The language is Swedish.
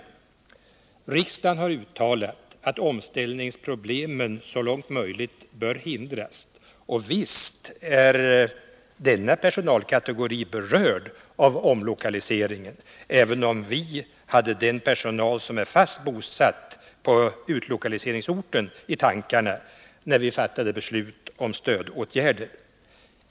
Riksdagen har uttalat att omställningsproblemen vid omlokaliseringar så långt möjligt bör lindras — och visst är denna personalkategori berörd av omlokaliseringen, även om vi i riksdagen hade den personal som är fast bosatt på utlokaliseringsorten i tankarna när vi fattade beslut om stödåtgärder.